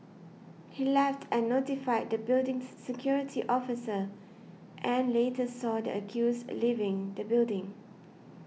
he left and notified the building's security officer and later saw the accused leaving the building